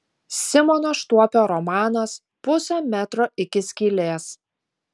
simono štuopio romanas pusė metro iki skylės